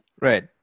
Right